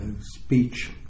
speech